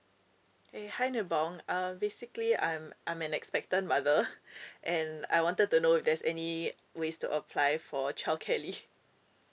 eh hi nebong um basically I'm I'm an expectant mother and I wanted to know if there's any ways to apply for childcare leave